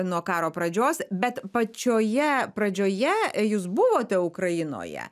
nuo karo pradžios bet pačioje pradžioje jūs buvote ukrainoje